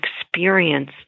experience